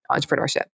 entrepreneurship